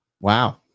wow